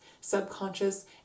subconscious